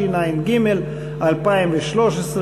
התשע"ג 2013,